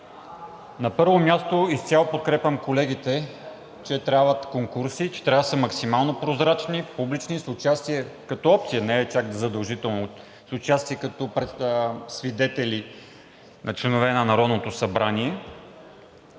На първо място, изцяло подкрепям колегите, че трябват конкурси, че трябва да са максимално прозрачни, публични, с участие – като опция, не е задължително – като свидетели на членове на Народното събрание.